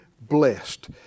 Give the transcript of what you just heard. blessed